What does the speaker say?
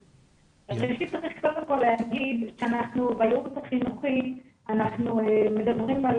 שצריך סך הכול להגיד שאנחנו בייעוץ החינוכי מדברים על